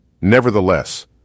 Nevertheless